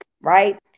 right